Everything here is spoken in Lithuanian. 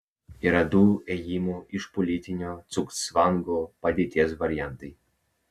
yra du ėjimų iš politinio cugcvango padėties variantai